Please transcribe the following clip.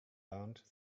learned